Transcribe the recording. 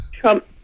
Trump